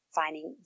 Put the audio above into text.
finding